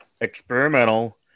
experimental